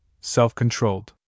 self-controlled